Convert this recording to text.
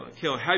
Kill